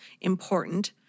important